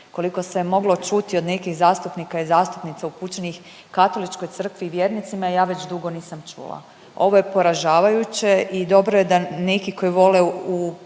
koliko se je moglo čuti od nekih zastupnika i zastupnica upućenih Katoličkoj crkvi i vjernicima ja već dugo nisam čula. Ovo je poražavajuće i dobro je da neki koji vole u privatnim